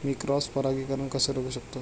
मी cross परागीकरण कसे रोखू शकतो?